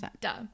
Duh